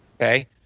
Okay